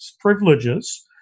privileges